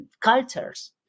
cultures